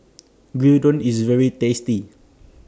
Gyudon IS very tasty